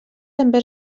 també